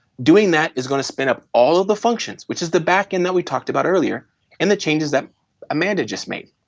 doing that is going to spin up all of the functions, which is the backend that we talked about earlier and the changes that amanda just made.